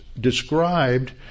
described